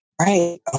Right